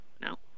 no